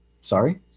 sorry